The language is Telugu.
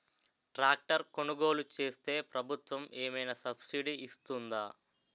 ట్రాక్టర్ కొనుగోలు చేస్తే ప్రభుత్వం ఏమైనా సబ్సిడీ ఇస్తుందా?